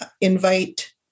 invite